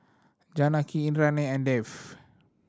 Janaki Indranee and Dev